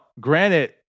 Granted